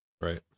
Right